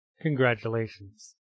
congratulations